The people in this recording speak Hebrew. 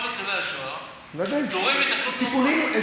כל ניצולי השואה פטורים מתשלום על תרופות.